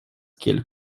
kiel